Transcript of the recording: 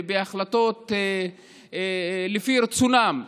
בהחלטות לפי רצונם.